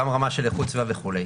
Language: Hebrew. גם הרמה של איכות סביבה וכו'.